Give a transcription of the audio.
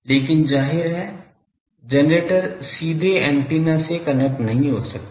लेकिन जाहिर है जनरेटर सीधे एंटीना से कनेक्ट नहीं हो सकता है